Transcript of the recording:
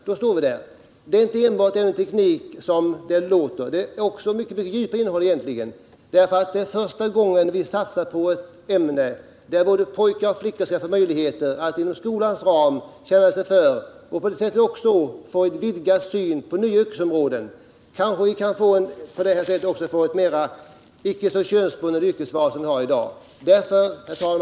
Frågan gäller f. ö. inte bara ämnet teknik i sig självt. Den har en mycket djupare innebörd. Det är nu första gången vi satsar på ett ämne där både pojkar och flickor får möjlighet att inom skolans ram känna sig för på detta yrkesområde. Det kan medföra att vi får ett mindre könsbundet yrkesval än vad vi har i dag.